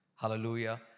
Hallelujah